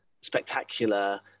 spectacular